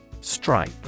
Stripe